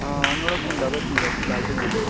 हां नुआढ़ा कुंडा भज्जी दा उस्सी वैल्ड करना हा